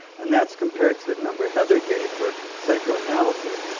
and that's compared to the number heather gave for psychoanalysis.